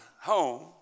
home